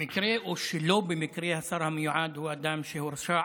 במקרה או שלא במקרה, השר המיועד הוא אדם שהורשע